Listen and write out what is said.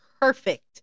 perfect